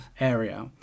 area